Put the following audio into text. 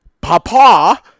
Papa